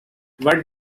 what